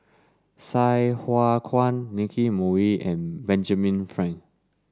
Sai Hua Kuan Nicky Moey and Benjamin Frank